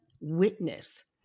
witness